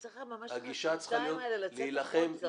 צריך היה ממש --- לצאת החוצה.